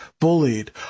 bullied